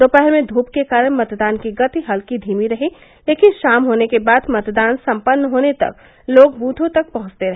दोपहर में धूप के कारण मतदान की गति हल्की धीमी रही लेकिन शाम होने के बाद मतदान सम्पन्न होने तक लोग बूथों तक पहंचते रहे